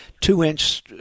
two-inch